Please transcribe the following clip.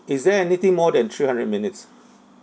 is there anything more than three hundred minutes